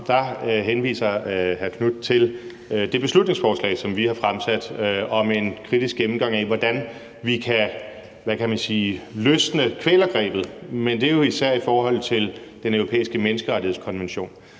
henviser hr. Marcus Knuth til det beslutningsforslag, som vi har fremsat, om en kritisk gennemgang af, hvordan vi kan, hvad kan man sige, løsne kvælergrebet, men det er jo især i forhold til Den Europæiske Menneskerettighedskonvention.